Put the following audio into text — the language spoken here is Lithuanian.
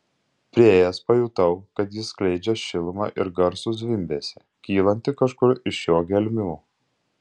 priėjęs pajutau kad jis skleidžia šilumą ir garsų zvimbesį kylantį kažkur iš jo gelmių